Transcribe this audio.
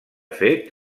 fet